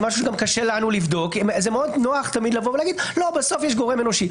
זה גם משהו שקשה לנו לבדוק כי מאוד נוח לומר - בסוף יש גורם אנושי.